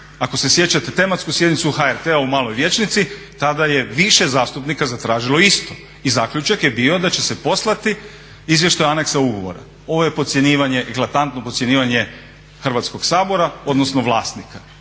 ako se sjećate tematsku sjednicu o HRT-u u Maloj vijećnici tada je više zastupnika zatražilo isto i zaključak je bio da će se poslati izvještaj anexa ugovora. Ovo je eklatantno podcjenjivanje Hrvatskog sabora odnosno vlasnika,